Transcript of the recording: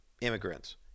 immigrants